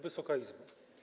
Wysoka Izbo!